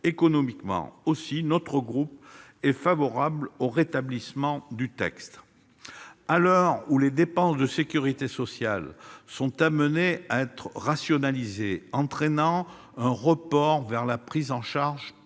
économiquement. Notre groupe est donc favorable au rétablissement du texte. À l'heure où les dépenses de sécurité sociale sont amenées à être rationalisées, entraînant un report vers la prise en charge par les